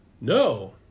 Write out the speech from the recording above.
No